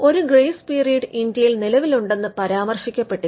ഒരു grace period ഇന്ത്യയിൽ നിലവിലുണ്ടെന്ന് പരാമർശിക്കപ്പെട്ടിരുന്നു